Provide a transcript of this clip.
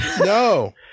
no